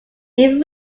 even